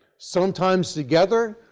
sometimes together,